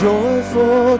Joyful